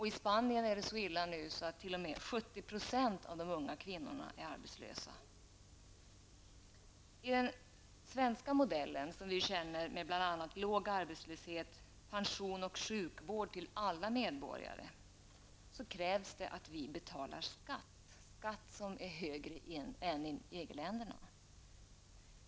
I Spanien är det så illa att 70 % av de unga kvinnorna nu är arbetslösa. Den svenska modellen, som har kännetecknats av låg arbetslöshet, pension och sjukvård till alla medborgare, kräver att vi betalar skatt som är högre än skatten inom EG-länderna.